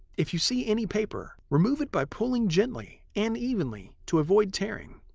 if you see any paper, remove it by pulling gently and evenly to avoid tearing.